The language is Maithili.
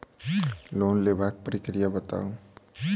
लोन लेबाक प्रक्रिया बताऊ?